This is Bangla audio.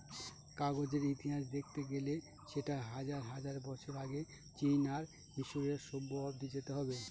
কাগজের ইতিহাস দেখতে গেলে সেটা হাজার হাজার বছর আগে চীন আর মিসরীয় সভ্য অব্দি যেতে হবে